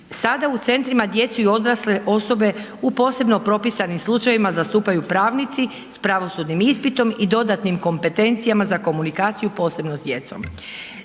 Sada u centrima djecu i odrasle osobe u posebno propisanim slučajevima zastupaju pravnici s pravosudnim ispitom i dodatnim kompetencijama za komunikaciju posebno s djecom.